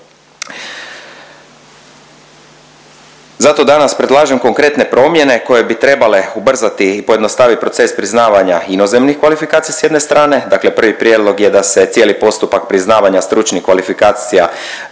Zato danas predlažem konkretne promjene koje bi trebale ubrzati i pojednostavit proces priznavanja inozemnih kvalifikacija s jedne strane, dakle prvi prijedlog je da se cijeli postupak priznavanja stručnih kvalifikacija